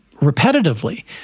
repetitively